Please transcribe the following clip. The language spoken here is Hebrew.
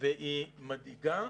והיא מדאיגה.